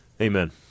Amen